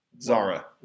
Zara